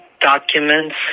documents